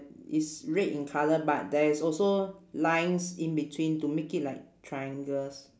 is red in colour but there is also lines in between to make it like triangles